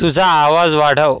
तुझा आवाज वाढव